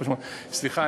סליחה,